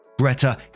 Greta